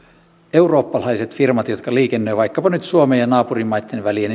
eurooppalaiset firmat jotka liikennöivät vaikkapa nyt suomen ja naapurimaitten väliä